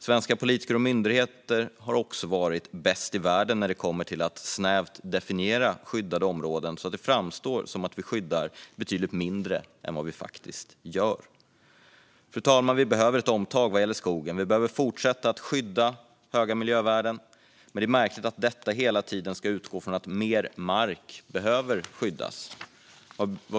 Svenska politiker och myndigheter har också varit bäst i världen när det handlar om att snävt definiera skyddade områden så att det framstår som att vi skyddar betydligt mindre än vi faktiskt gör. Fru talman! Vi behöver ett omtag vad gäller skogen. Vi behöver fortsätta att skydda höga miljövärden, men det är märkligt att detta hela tiden ska utgå från att mer mark behöver skyddas.